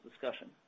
discussion